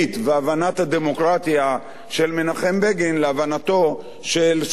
הדמוקרטיה של מנחם בגין להבנתו של שאול מופז,